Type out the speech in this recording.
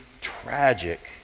tragic